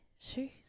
shoes